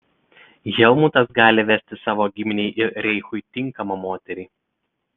helmutas gali vesti savo giminei ir reichui tinkamą moterį